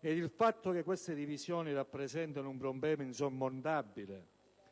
ed il fatto che queste divisioni rappresentino un problema insormontabile per affrontare